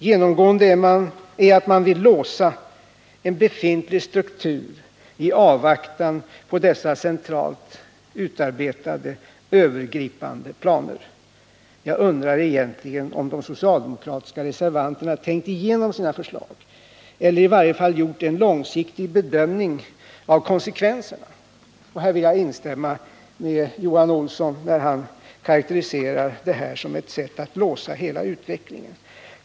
Genomgående är att man vill låsa en befintlig struktur i avvaktan på dessa centralt utarbetade, övergripande planer. Jag undrar om de socialdemokratiska reservanterna egentligen tänkt igenom sina förslag eller i varje fall gjort en långsiktig bedömning av konsekvenserna. Här vill jag instämma med Johan Olsson när han karakteriserar förslagen som ett sätt att låsa hela utvecklingen.